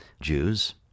Jews